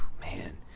Man